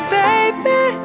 baby